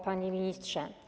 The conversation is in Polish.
Panie Ministrze!